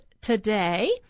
today